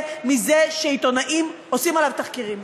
מזה שעיתונאים עושים עליו תחקירים.